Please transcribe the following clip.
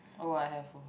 oh I have